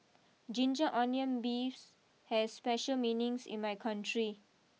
Ginger Onions Beef has special meanings in my country